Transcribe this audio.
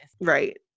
Right